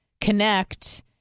connect